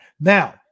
now